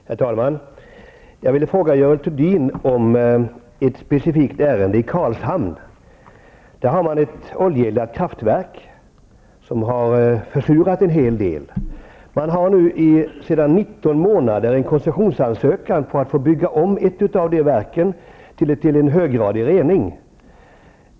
Herr talman! Jag vill fråga Görel Thurdin i ett specifikt ärende. I Karlshamn finns det ett oljeeldat kraftverk som i stor utsträckning har bidragit till försurningen. För 19 månader sedan lämnades det in en koncessionsansökan om att få bygga om ett av verken till en höggradig rening.